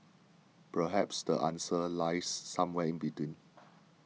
perhaps the answer lies somewhere in between